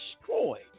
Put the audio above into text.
destroyed